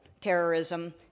terrorism